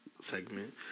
segment